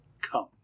come